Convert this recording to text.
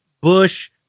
bush